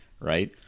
right